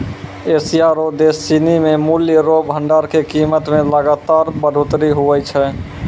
Asia रो देश सिनी मे मूल्य रो भंडार के कीमत मे लगातार बढ़ोतरी हुवै छै